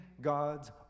gods